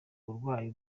burwayi